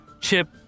Chip